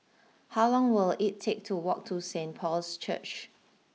how long will it take to walk to Saint Paul's Church